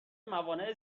موانع